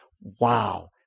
Wow